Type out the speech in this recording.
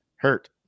Hurt